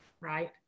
right